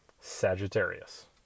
Sagittarius